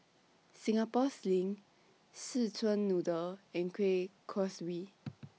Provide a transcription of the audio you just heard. Singapore Sling Szechuan Noodle and Kueh Kaswi